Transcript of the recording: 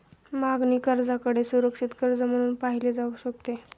मागणी कर्जाकडे सुरक्षित कर्ज म्हणून पाहिले जाऊ शकते